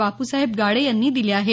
बापूसाहेब गाडे यांनी दिली आहे